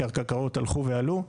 כי הקרקעות הלכו ועלו,